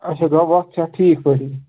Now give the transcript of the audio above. اچھا گوٚو وَتھ چھِ اَتھ ٹھیٖک پٲٹھی